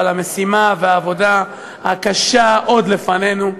אבל המשימה והעבודה הקשה עוד לפנינו.